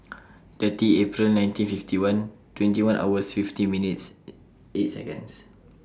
thirty April nineteen fifty one twenty one hours fifty minutes eight Seconds